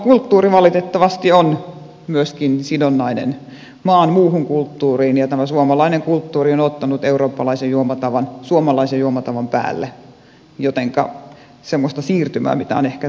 alkoholikulttuuri valitettavasti on myöskin sidonnainen maan muuhun kulttuuriin ja tämä suomalainen kulttuuri on ottanut eurooppalaisen juomatavan suomalaisen juomatavan päälle jotenka semmoista siirtymää mitä on ehkä toivottu ei ole tapahtunut